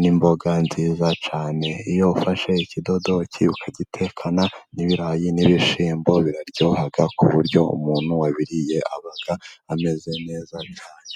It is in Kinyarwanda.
n'imboga nziza cyane, iyo ufashe ikidodoki ukagitekana n'ibirayi n'ibishyimbo biraryoha, ku buryo umuntu wabiriye, aba ameze neza cyane.